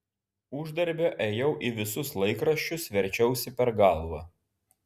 uždarbio ėjau į visus laikraščius verčiausi per galvą